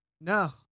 No